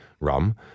rum